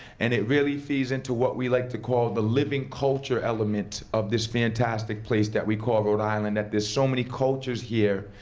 and it really fees into what we like to call, the living culture element of this fantastic place that we call rhode island. that there's so many cultures here,